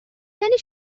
یعنی